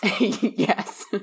Yes